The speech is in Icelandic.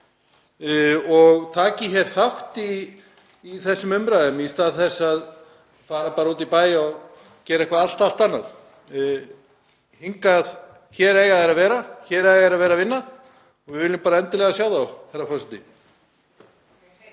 og taki þátt í þessum umræðum í stað þess að fara út í bæ og gera eitthvað allt annað. Hér eiga þeir að vera, hér eiga þeir að vera að vinna og við viljum bara endilega sjá þá, herra forseti.